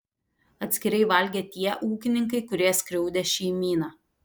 atskirai valgė tie ūkininkai kurie skriaudė šeimyną